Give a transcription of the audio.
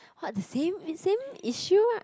what the same it's same issue right